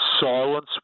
silence